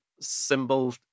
symbol